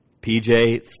PJ